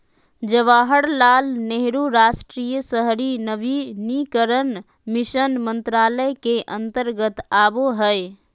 जवाहरलाल नेहरू राष्ट्रीय शहरी नवीनीकरण मिशन मंत्रालय के अंतर्गत आवो हय